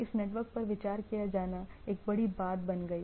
इस नेटवर्क पर विचार किया जाना एक बड़ी बात बन गई